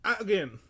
Again